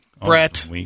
Brett